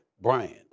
brand